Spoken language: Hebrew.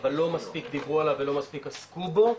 אבל לא מספיק דיברו עליו ולא מספיק עסקו בו,